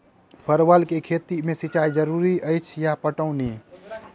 परवल केँ खेती मे सिंचाई जरूरी अछि या पटौनी?